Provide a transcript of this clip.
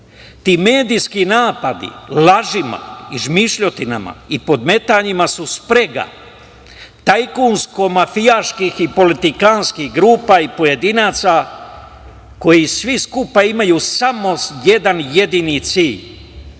Ti medijski napadi, lažima i izmišljotinama i podmetanjima su sprega tajkunsko-mafijaških i politikanstkih grupa i pojedinaca, koji svi skupa imaju samo jedan jedini cilj,